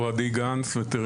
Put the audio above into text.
בבקשה.